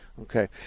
Okay